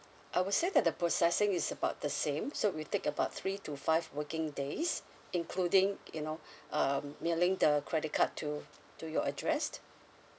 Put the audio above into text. I would say that the processing is about the same so we'll take about three to five working days including you know um mailing the credit card to to your address